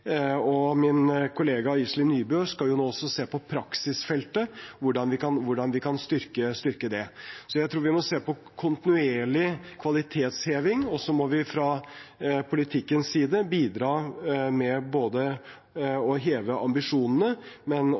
og min kollega Iselin Nybø skal nå også se på praksisfeltet, hvordan vi kan styrke det. Jeg tror vi må se på kontinuerlig kvalitetsheving, og så må vi fra politikkens side bidra med å heve ambisjonene, men